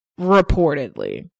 Reportedly